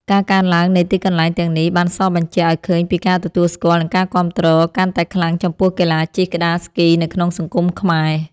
ការកើនឡើងនៃទីកន្លែងទាំងនេះ បានសបញ្ជាក់ឱ្យឃើញពីការទទួលស្គាល់ និងការគាំទ្រកាន់តែខ្លាំងចំពោះកីឡាជិះក្ដារស្គីនៅក្នុងសង្គមខ្មែរ។